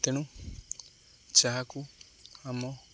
ତେଣୁ ଯାହାକୁ ଆମ